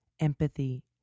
empathy